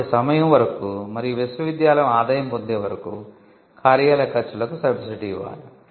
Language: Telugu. అటువంటి సమయం వరకు మరియు విశ్వవిద్యాలయం ఆదాయo పొందే వరకు కార్యాలయ ఖర్చులకు సబ్సిడీ ఇవ్వాలి